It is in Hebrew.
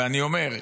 ואני אומר,